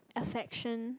affection